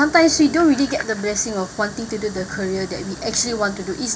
sometimes we don't really get the blessing of wanting to do the career that we actually wanted to it's